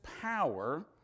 power